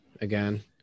again